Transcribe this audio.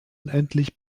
unendlich